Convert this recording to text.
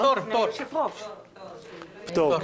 פטור, כן.